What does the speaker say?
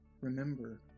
remember